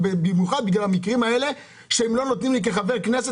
במיוחד בגלל המקרים הללו שהם לא נותנים לי כחבר כנסת,